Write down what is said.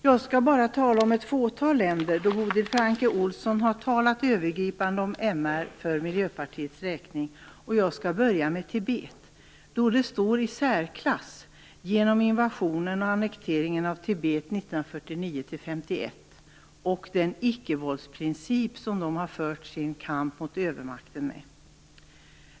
Jag skall bara tala om ett fåtal länder, då Bodil Francke Ohlsson talat övergripande om MR för Miljöpartiets räkning. Jag skall börja med Tibet. och den icke-våldsprincip som tibetanerna har fört sin kamp mot övermakten med står i särklass.